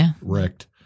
wrecked